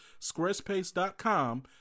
squarespace.com